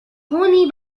honey